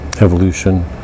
evolution